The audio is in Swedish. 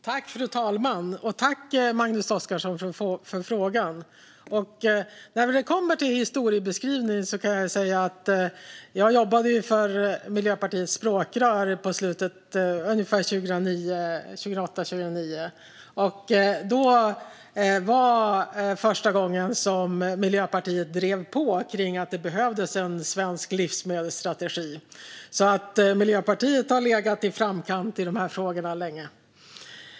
Fru talman! Tack, Magnus Oscarsson, för frågan! När det kommer till historieskrivningen kan jag säga att jag jobbade för Miljöpartiets språkrör 2008-2009, och det var första gången som Miljöpartiet drev på för att det behövdes en svensk livsmedelsstrategi. Miljöpartiet har alltså legat i framkant i de här frågorna länge.